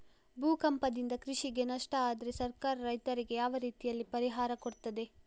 ಭೂಕಂಪದಿಂದ ಕೃಷಿಗೆ ನಷ್ಟ ಆದ್ರೆ ಸರ್ಕಾರ ರೈತರಿಗೆ ಯಾವ ರೀತಿಯಲ್ಲಿ ಪರಿಹಾರ ಕೊಡ್ತದೆ?